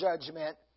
judgment